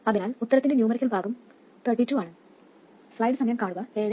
അതിനാൽ ഉത്തരത്തിന്റെ ന്യൂമറിക്കൽ ഭാഗം 32 ആണ്